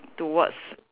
towards